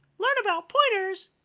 learn about pointers?